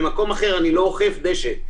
במקום אחר אני לא אוכף דשא.